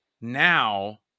now